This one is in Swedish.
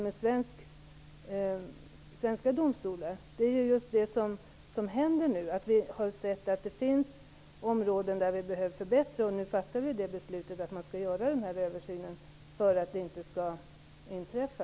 Det som nu händer är ju just att vi har sett att det finns områden där det behövs förbättringar, och nu fattar vi beslutet att man skall göra en översyn för att flera fall inte skall inträffa.